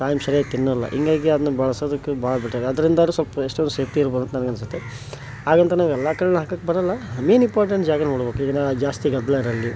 time ಸರಿಯಾಗಿ ತಿನ್ನೋಲ್ಲ ಹೀಗಾಗಿ ಅದನ್ನ ಬಳ್ಸೋದಕ್ಕೆ ಭಾಳ ಬೆಟರ್ ಅದರಿಂದಾರ ಸ್ದಲ್ಪ ಎಷ್ಟೊಂದು ಸೇಫ್ಟಿ ಇರ್ಬೋದು ಅಂತ ನನಗೆ ಅನ್ನಿಸುತ್ತೆ ಹಾಗಂತ ನಾವು ಎಲ್ಲ ಕಡೆಯೂ ಹಾಕೋಕೆ ಬರೋಲ್ಲ ಮೇಯ್ನ್ ಇಂಪಾರ್ಟೆಂಟ್ ಜಾಗ ನೋಡಬೇಕು ಈಗ ನಾನು ಜಾಸ್ತಿ ಗದ್ದಲ ಇರಲಿ